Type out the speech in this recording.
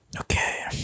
Okay